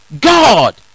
God